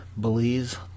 Belize